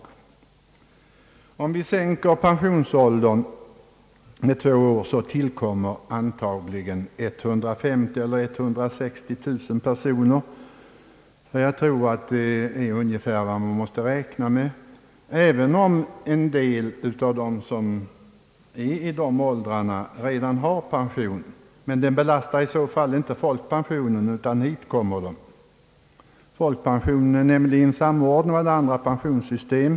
Vid en sänkning av pensionsåldern med två år tillkommer 150 000 å 160 000 personer som får folkpension. Jag skulle tro att det är vad man ungefär har att räkna med, även om en del av dem redan har pension. Det minskar emellertid inte kostnaderna för folkpensioneringen. Den är nämligen samordnad med andra pensionssystem.